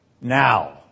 now